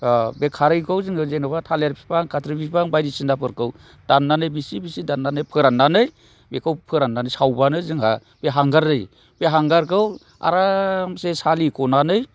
बे खारैखौ जोङो जेन'बा थालिर बिफां खाथ्रि बिफां बायदिसिनाफोरखौ दाननानै बिसि बिसि दाननानै फोराननानै बेखौ फोराननानै सावब्लानो जोंहा बे हांगार जायो बे हांगारखौ आरामसे सालिख'नानै